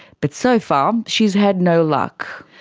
but so far um she's had no luck.